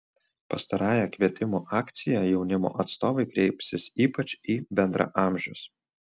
pastarąja kvietimų akcija jaunimo atstovai kreipsis ypač į bendraamžius